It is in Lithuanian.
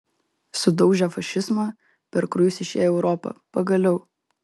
sudaužę fašizmą per kraujus išėję į europą pagaliau